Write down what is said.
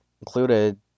included